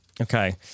Okay